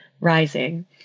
Rising